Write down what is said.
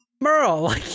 Merle